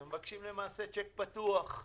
אתם מבקשים למעשה צ'ק פתוח.